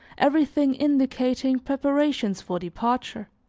everything indicating preparations for departure.